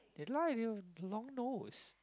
they lie they've long nose